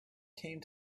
came